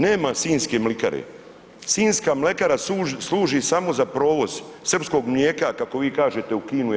Nema sinjske mlikare, sinjska mlekara služi samo za provoz srpskog mlijeka kako vi kažete u Kinu i EU.